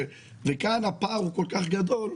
וכאן הפער הוא כל כך גדול,